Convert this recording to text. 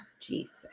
Jesus